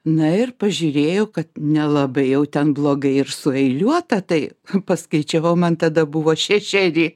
na ir pažiūrėjau kad nelabai jau ten blogai ir sueiliuota tai paskaičiavau man tada buvo šešeri